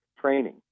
training